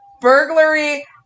burglary